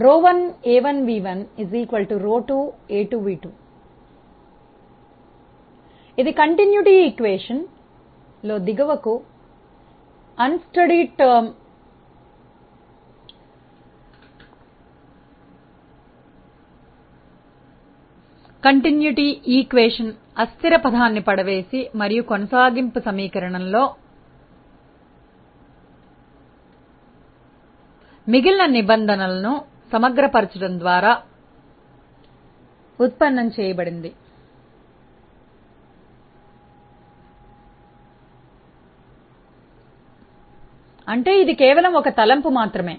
ఇది కొనసాగింపు సమీకరణంలో దిగువకు అస్థిర పదాన్ని పడవేసి మరియు కొనసాగింపు సమీకరణంలో మిగిలిన నిబంధనలను సమగ్రపరచడం ద్వారా ఉత్పన్నం చేయబడింది అంటే ఇది కేవలం ఒక తలంపు మాత్రమే